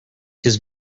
his